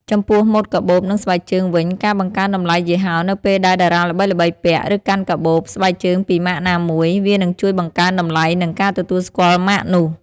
ចំពោះម៉ូតកាបូប និងស្បែកជើងវិញការបង្កើនតម្លៃយីហោនៅពេលដែលតារាល្បីៗពាក់ ឬកាន់កាបូប ស្បែកជើងពីម៉ាកណាមួយ វានឹងជួយបង្កើនតម្លៃ និងការទទួលស្គាល់ម៉ាកនោះ។